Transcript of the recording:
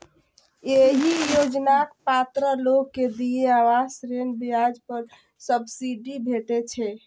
एहि योजनाक पात्र लोग कें देय आवास ऋण ब्याज पर सब्सिडी भेटै छै